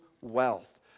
wealth